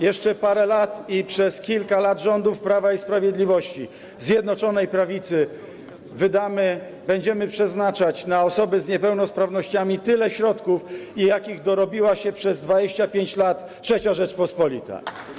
Jeszcze parę lat i przez kilka lat rządów Prawa i Sprawiedliwości, Zjednoczonej Prawicy, będziemy przeznaczać na osoby z niepełnosprawnościami tyle, takie środki, jakich dorobiła się przez 25 lat III Rzeczpospolita.